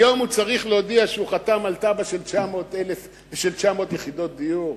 היום הוא צריך להודיע שהוא חתם על תב"ע של 900 יחידות דיור?